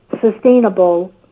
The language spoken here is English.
sustainable